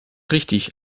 richtig